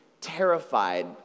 terrified